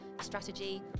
strategy